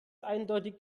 eindeutig